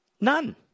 None